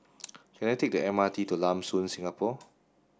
can I take the M R T to Lam Soon Singapore